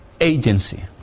agency